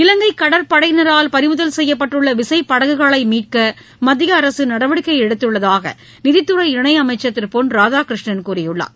இலங்கைகடற்படையினரால் பறிமுதல் செய்யப்பட்டுள்ளவிசைப் படகுகளைமீட்கமத்தியஅரசுநடவடிக்கைஎடுத்துள்ளதாகநிதித் இணைச்சர் திருபொன் துறை ராதாகிருஷ்ணன் கூறியுள்ளார்